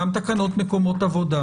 גם תקנות מקומות עבודה.